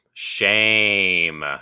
Shame